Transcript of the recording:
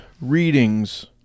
readings